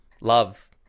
love